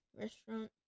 restaurant